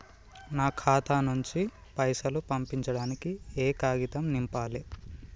నా ఖాతా నుంచి పైసలు పంపించడానికి ఏ కాగితం నింపాలే?